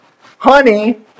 Honey